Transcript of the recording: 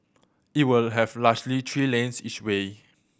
it will have largely three lanes each way